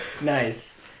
Nice